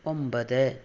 ഒൻപത്